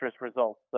results